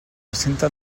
recinte